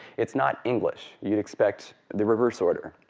it's not english. you expect the reverse order.